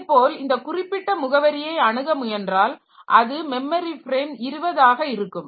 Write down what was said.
அதேபோல இந்த குறிப்பிட்ட முகவரியை அணுக முயன்றால் அது மெமரி ஃப்ரேம் 20 ஆக இருக்கும்